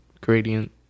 gradient